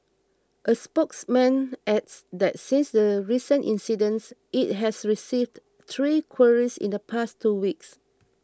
a spokesman adds that since the recent incidents it has received three queries in the past two weeks